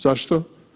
Zašto?